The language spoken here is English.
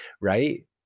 right